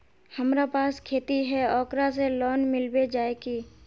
हमरा पास खेती है ओकरा से लोन मिलबे जाए की?